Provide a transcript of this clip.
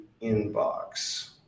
inbox